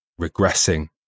regressing